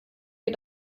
wir